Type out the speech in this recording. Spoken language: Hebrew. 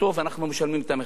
ואנחנו משלמים את המחיר.